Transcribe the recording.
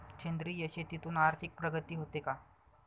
सेंद्रिय शेतीतून आर्थिक प्रगती होते का?